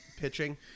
pitching